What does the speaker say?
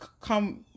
come